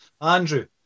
Andrew